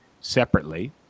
separately